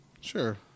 Sure